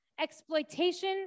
exploitation